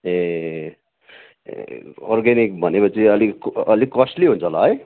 ए organic भनेको चाहिँ अलिक कस्टली हुन्छ होला है